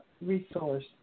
resource